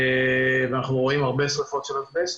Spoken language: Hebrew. ואנחנו רואים הרבה שריפות של אסבסט,